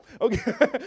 Okay